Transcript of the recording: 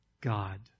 God